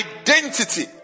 identity